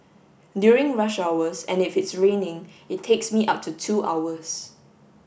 during rush hours and if it's raining it takes me up to two hours